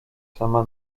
sama